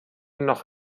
noch